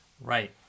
Right